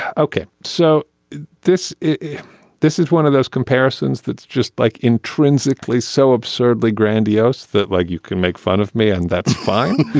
okay, so this is this is one of those comparisons that's just like intrinsically so absurdly grandiose that, like, you can make fun of me and that's fine.